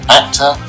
actor